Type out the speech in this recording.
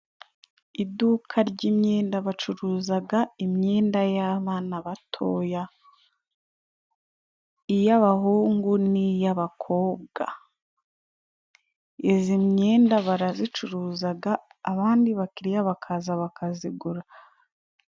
Iduka ry'imyenda. Bacuruzaga imyenda y'abana batoya, iy'abahungu n'iy'abakobwa. Izi myenda barazicuruzaga abandi bakiriya bakaza bakazigura.